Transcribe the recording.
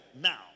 now